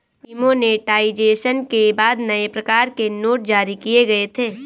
demonetisation के बाद नए प्रकार के नोट जारी किए गए थे